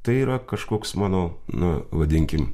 tai yra kažkoks mano na vadinkim